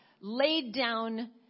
laid-down